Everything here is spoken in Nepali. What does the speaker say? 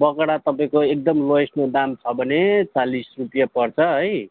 बगडा तपाईँको एकदम लोएस्टमा दाम छ भने चालिस रुपियाँ पर्छ है